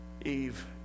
Eve